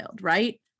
right